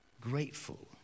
grateful